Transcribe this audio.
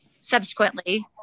subsequently